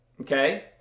Okay